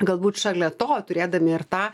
galbūt šalia to turėdami ir tą